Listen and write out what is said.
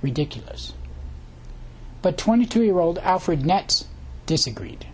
ridiculous but twenty two year old alfred net's disagreed